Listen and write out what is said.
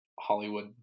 hollywood